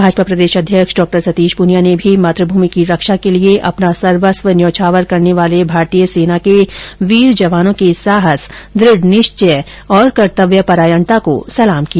भाजपा प्रदेश अध्यक्ष डॉ सतीश पूनियां ने भी मातभूमि की रक्षा के लिये अपना सर्वस्व न्यौछावर करने वाले भारतीय सेना के वीर जवानों के साहस दृढ़ निश्चय और कर्तव्यपरायणता को सलाम किया